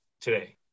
today